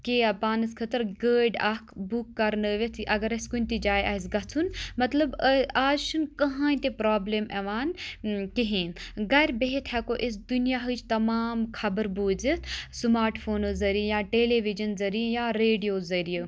کیاہ پانَس خٲطرٕ گٲڑۍ اَکھ بُک کَرنٲوِتھ اَگر اَسہِ کُنہِ تہِ جایہِ آسہِ گَژھُن مَطلَب آز چھُنہٕ کٕہٕنۍ تہِ پَرابلِم یِوان کِہیٖنۍ گَرِ بِہِتھ ہؠکو أسۍ دُنیاہٕچ تَمام خَبَر بوٗزِتھ سُماٹ فونو ذٔریعہِ یا ٹِیلی وِجَن ذٔریعہِ یا ریڈیو ذٔریعہِ